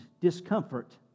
discomfort